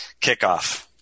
kickoff